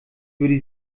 würde